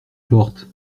porte